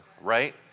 Right